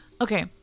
Okay